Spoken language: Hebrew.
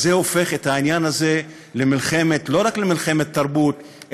אז זה הופך את העניין הזה לא רק למלחמת תרבות,